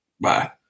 bye